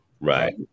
right